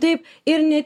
taip ir ne